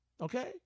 Okay